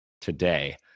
today